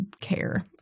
care